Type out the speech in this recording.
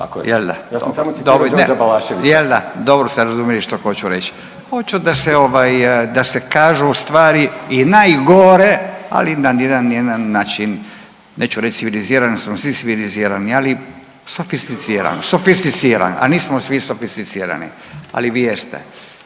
Ja sam samo citirao Đorđa Balaševića./...